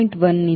1 ರಿಂದ 1